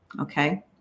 Okay